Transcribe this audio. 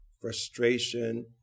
frustration